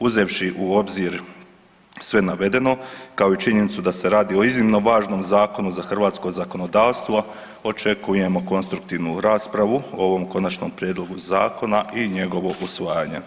Uzevši u obzir sve navedeno kao i činjenicu da se radi o iznimno važnom zakonu za hrvatsko zakonodavstvo očekujemo konstruktivnu raspravu o ovom konačnom prijedlogu zakona i njegovo usvajanje.